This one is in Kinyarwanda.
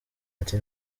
ati